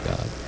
God